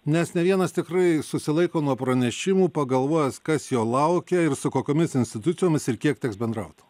nes ne vienas tikrai susilaiko nuo pranešimų pagalvojęs kas jo laukia ir su kokiomis institucijomis ir kiek teks bendraut